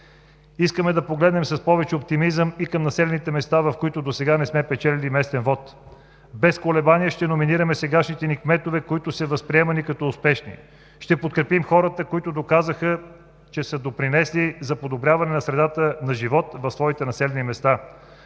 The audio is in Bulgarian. Искаме да погледнем с повече оптимизъм и към населените места, в които досега не сме печелили местен вот. Без колебание ще номинираме сегашните ни кметове, които са възприемани като успешни. Ще подкрепим хората, които доказаха, че са допринесли за подобряване на средата за живот в своите населени места.